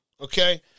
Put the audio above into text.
okay